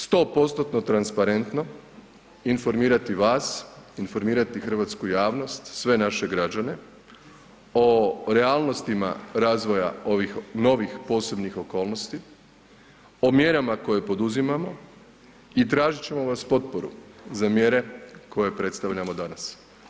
100%-tno transparentno informirati vas informirati hrvatsku javnost, sve naše građane o realnostima razvoja ovih novih posebnih okolnosti, o mjerama koje poduzimamo i tražit ćemo vas potporu za mjere koje predstavljamo danas.